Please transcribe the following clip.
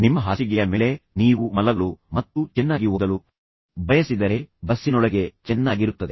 ನಿಮ್ಮ ಹಾಸಿಗೆಯ ಮೇಲೆ ನೀವು ಮಲಗಲು ಮತ್ತು ಚೆನ್ನಾಗಿ ಓದಲು ಬಯಸಿದರೆ ಬಸ್ಸಿನೊಳಗೆ ಚೆನ್ನಾಗಿರುತ್ತದೆ